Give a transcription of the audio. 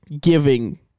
giving